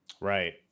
Right